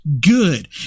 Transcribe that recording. good